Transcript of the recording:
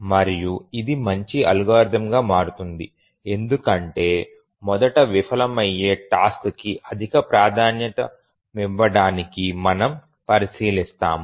మరియు ఇది మంచి అల్గోరిథం గా మారుతుంది ఎందుకంటే మొదట విఫలం అయ్యే టాస్క్ కి అత్యధిక ప్రాధాన్యతనివ్వడాన్ని మనము పరిశీలిస్తున్నాము